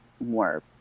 more